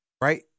right